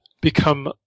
become